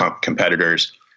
competitors